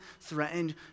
threatened